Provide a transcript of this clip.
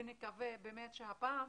ונקווה שהפעם